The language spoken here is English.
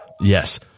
yes